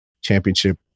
championship